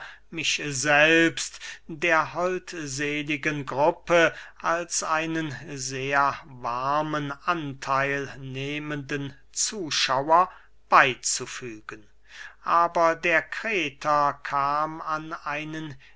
mich selbst der holdseligen gruppe als einen sehr warmen antheil nehmenden zuschauer beyzufügen aber der kreter kam an einen